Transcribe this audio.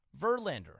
Verlander